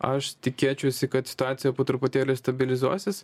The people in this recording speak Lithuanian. aš tikėčiausi kad situacija po truputėlį stabilizuosis